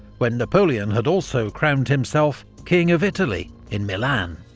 when napoleon had also crowned himself king of italy in milan.